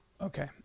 okay